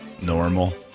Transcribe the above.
normal